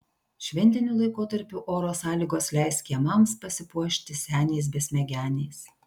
šventiniu laikotarpiu oro sąlygos leis kiemams pasipuošti seniais besmegeniais